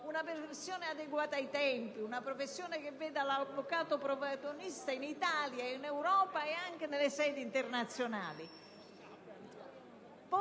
una professione adeguata ai tempi, che veda l'avvocato protagonista in Italia, in Europa e anche nelle sedi internazionali.